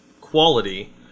quality